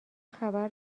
خبر